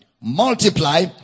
multiply